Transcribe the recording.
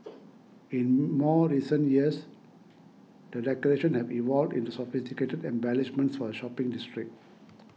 in more recent years the decorations have evolved into sophisticated embellishments for the shopping district